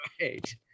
right